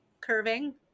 curving